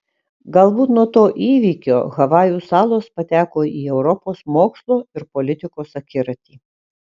galbūt nuo to įvykio havajų salos pateko į europos mokslo ir politikos akiratį